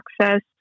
access